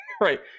right